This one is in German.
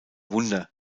wunder